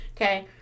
Okay